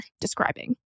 describing